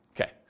Okay